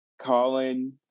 Colin